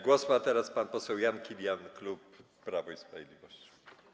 Głos ma teraz pan poseł Jan Kilian, klub Prawo i Sprawiedliwość.